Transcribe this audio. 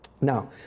now